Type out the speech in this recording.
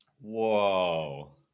Whoa